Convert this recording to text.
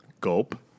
Gulp